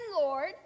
Lord